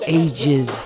ages